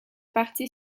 parti